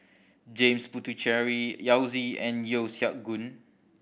James Puthucheary Yao Zi and Yeo Siak Goon